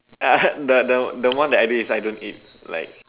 uh the the the one that I this I don't eat like